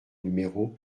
numéro